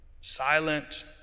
silent